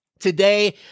Today